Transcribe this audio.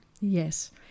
Yes